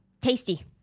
tasty